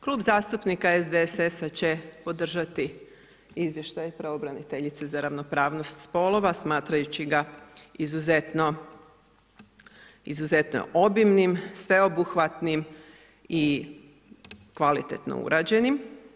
Klub zastupnika SDSS-a, će podržati izvještaj pravobraniteljice za ravnopravnost spolova, smatrajući ga izuzetno obimnim, sveobuhvatnim i kvalitetno uređenim.